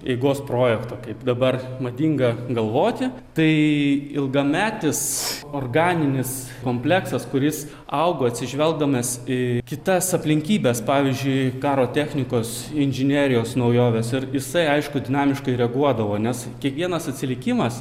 eigos projekto kaip dabar madinga galvoti tai ilgametis organinis kompleksas kuris augo atsižvelgdamas į kitas aplinkybes pavyzdžiui karo technikos inžinerijos naujovės ir jisai aišku dinamiškai reaguodavo nes kiekvienas atsilikimas